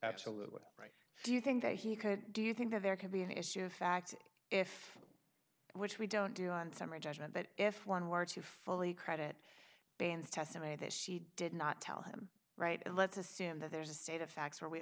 absolutely right do you think that he could do you think that there can be an issue of fact if which we don't do on summary judgment but if one were to fully credit bands testimony that she did not tell him right and let's assume that there's a state of facts where we